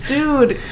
Dude